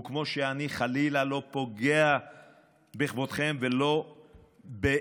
זה כמו שאני חלילה לא פוגע בכבודכם ולא באמונתכם,